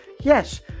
Yes